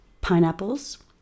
pineapples